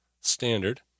standard